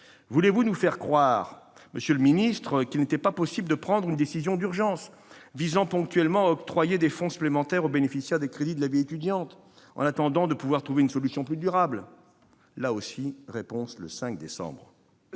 Voulez-vous nous faire croire, monsieur le secrétaire d'État, qu'il n'était pas possible de prendre une décision d'urgence visant ponctuellement à octroyer des fonds supplémentaires aux bénéficiaires des crédits du programme « Vie étudiante », en attendant de pouvoir trouver une solution plus durable ? Là encore, nous aurons la réponse le 5 décembre